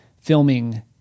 filming